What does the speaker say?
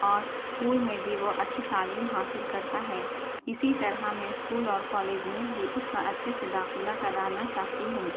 اور اسکول میں بھی وہ اچّھی تعلیم حاصل کرتا ہے اسی طرح میں اسکول اور کالج میں بھی اس کا اچّھے سے داخلہ کرانا چاہتی ہوں